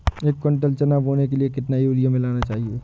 एक कुंटल चना बोने के लिए कितना यूरिया मिलाना चाहिये?